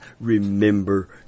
remember